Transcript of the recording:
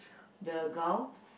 the gulf